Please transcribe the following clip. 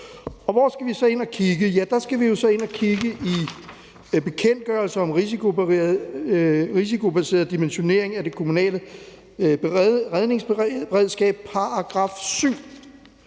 Hvor skal vi så ind og kigge? Ja, der skal vi jo så ind og kigge i »Bekendtgørelse om risikobaseret dimensionering af det kommunale redningsberedskab«.